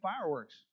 fireworks